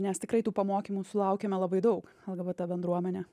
nes tikrai tų pamokymų sulaukiame labai daug lgbt bendruomenė